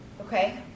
okay